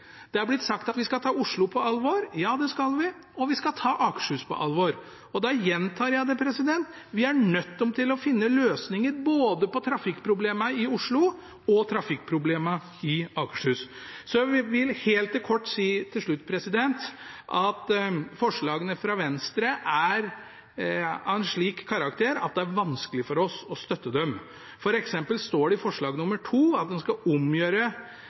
Det er blitt sagt at vi skal ta Oslo på alvor. Det skal vi, og vi skal ta Akershus på alvor. Jeg gjentar: Vi er nødt til å finne løsninger på trafikkproblemene både i Oslo og i Akershus. Så vil jeg kort til slutt si at forslagene fra Venstre er av en slik karakter at det er vanskelig for oss å støtte dem. For eksempel står det i forslag nr. 2 at en skal omgjøre